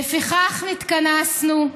"לפיכך נתכנסנו,